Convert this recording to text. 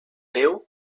veu